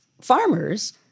farmers